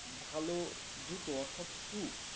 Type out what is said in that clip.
ভালো জুতো অর্থাৎ শু